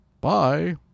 Bye